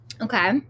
okay